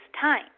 time